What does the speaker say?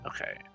Okay